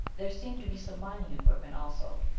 there seemed to be some mining equipment also.